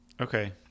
Okay